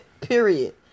period